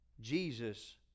Jesus